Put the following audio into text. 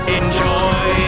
enjoy